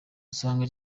usanga